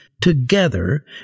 together